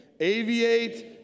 Aviate